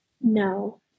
No